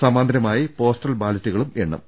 സമാന്തരമായി പോസ്റ്റൽ ബാലറ്റുകളും എണ്ണും